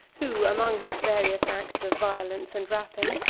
who, among his various acts of violence and rapine,